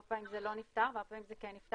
הרבה פעמים זה לא נפתר והרבה פעמים זה כן נפתר,